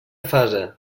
fase